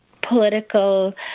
political